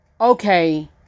okay